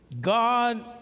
God